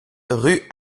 rue